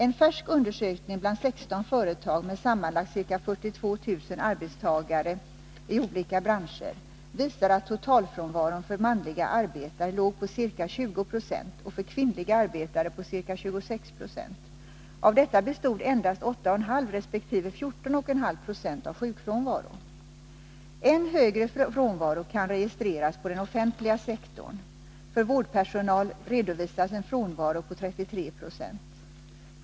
En färsk undersökning bland 16 företag med sammanlagt ca 42000 arbetstagare i olika branscher visar att totalfrånvaron för manliga arbetare låg på ca 20 96 och för kvinnliga arbetare på ca 26 70. Endast 8,5 resp. 14,5 7 härav var sjukfrånvaro. Än högre frånvaro kan registreras på den offentliga sektorn. För vårdpersonal redovisas en frånvaro på 33 20.